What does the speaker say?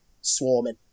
swarming